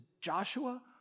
Joshua